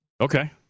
Okay